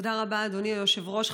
תודה רבה, אדוני היושב-ראש.